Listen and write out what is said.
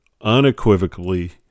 unequivocally